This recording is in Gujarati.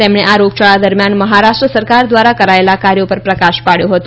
તેમણે આ રોગયાળા દરમિયાન મહારાષ્ટ્ર સરકાર દ્વારા કરાયેલા કાર્યો પર પ્રકાશ પાડ્યો હતો